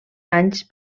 anys